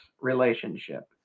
relationship